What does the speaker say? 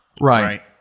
right